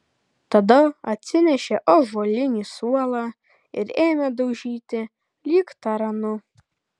tada atsinešė ąžuolinį suolą ir ėmė daužyti lyg taranu